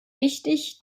wichtig